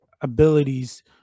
abilities